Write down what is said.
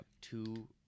Two